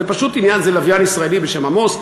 זה לוויין ישראלי בשם "עמוס",